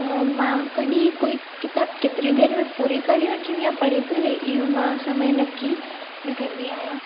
त मां कॾहिं कोई किताबु केतिरी देर में पूरी करे वठंदी आहियां पर हिकु इहो मां समय नकी न कंदी आहियां